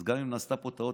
אז גם אם נעשתה פה טעות,